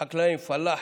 חקלאים, פלאחים,